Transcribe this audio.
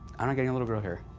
i don't get any little girl here.